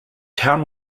town